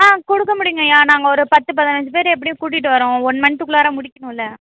ஆ கொடுக்க முடியும்ங்கய்யா நாங்கள் ஒரு பத்து பதினைஞ்சி பேர் எப்படியும் கூட்டிட்டு வர்றோம் ஒன் மந்த்துக்குள்ளார முடிக்கணும்ல